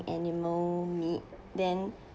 animal meat then